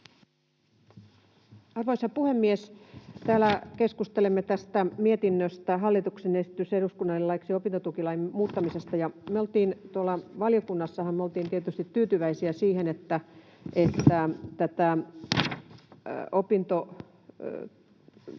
Arvoisa puhemies! Täällä keskustelemme mietinnöstä hallituksen esityksestä eduskunnalle laiksi opintotukilain muuttamisesta. Tuolla valiokunnassahan me oltiin tietysti tyytyväisiä siihen, että ihminen voi